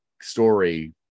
story